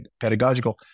pedagogical